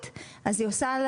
והיא השיבה לה: